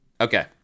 Okay